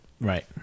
Right